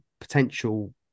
potential